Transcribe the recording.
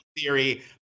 theory